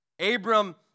Abram